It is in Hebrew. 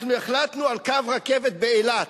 אנחנו החלטנו על קו רכבת לאילת.